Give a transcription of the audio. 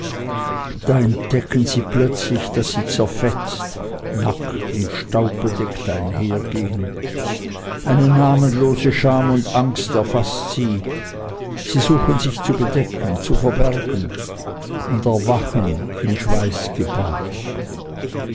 da entdecken sie plötzlich daß sie zerfetzt nackt und staubbedeckt einhergehen eine namenlose scham und angst faßt sie sie suchen sich zu bedecken zu verbergen und erwachen in